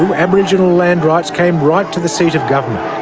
and aboriginal land rights came right to the seat of government.